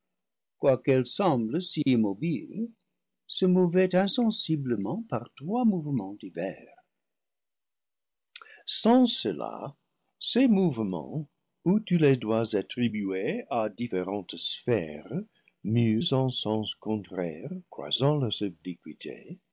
qu'elle semble si immobile se mouvait insensiblement par trois mouvements divers sans cela ces mouvements ou tu les dois attribuer à différentes sphères mues en sens contraire croisant leurs